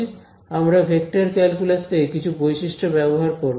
আমরা vector calculus থেকে কিছু বৈশিষ্ট্য ব্যবহার করব